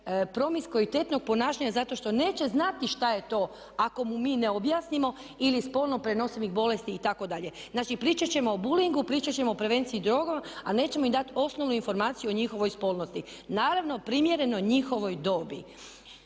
promiskuitetnog ponašanja zato što neće znati što je to ako mu mi ne objasnimo ili spolno prenosivih bolesti itd. Znači, pričat ćemo o bullingu, pričat ćemo o prevenciji droga ali nećemo im dati osnovnu informaciju o njihovoj spolnosti. Naravno primjereno njihovoj dobi.